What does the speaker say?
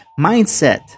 mindset